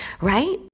Right